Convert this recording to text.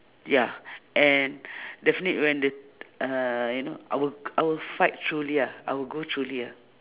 ya and definitely when the t~ uh you know I will g~ I will fight through ya I will go through ya